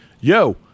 yo